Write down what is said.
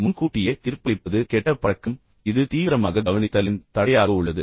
முன்கூட்டியே தீர்ப்பளிப்பது மற்றொரு கெட்ட பழக்கம் மற்றும் இது தீவிரமாக கவனிப்பதை பொறுத்தவரை ஒரு தடையாக உள்ளது